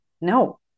No